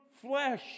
flesh